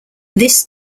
this